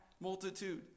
multitude